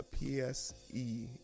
PSE